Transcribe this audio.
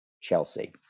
Chelsea